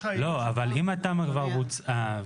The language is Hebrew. אם התמ"א כבר בוצעה,